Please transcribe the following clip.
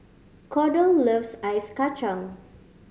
Kordell loves Ice Kachang